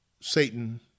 Satan